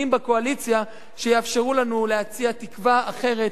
בקואליציה שיאפשרו לנו להציע לעם ישראל תקווה אחרת,